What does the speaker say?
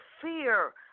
fear